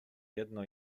jedno